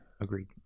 Agreed